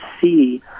see